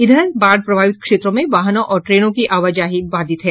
इधर बाढ़ प्रभावित क्षेत्रों में वाहनों और ट्रेनों की आवाजाही बाधित है